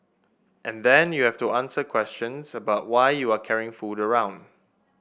and then you have to answer questions about why you are carrying food around